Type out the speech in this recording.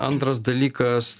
antras dalykas